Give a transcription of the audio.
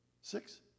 Six